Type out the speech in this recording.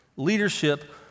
Leadership